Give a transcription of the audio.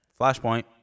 Flashpoint